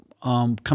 Come